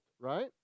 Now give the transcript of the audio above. right